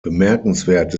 bemerkenswert